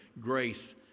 Grace